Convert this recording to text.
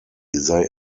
they